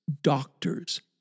doctors